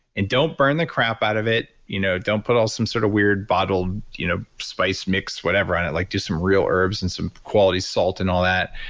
and don't burn the crap out of it, you know don't put some sort of weird bottled you know spice mix, whatever on it, like do some real herbs and some quality salt and all that.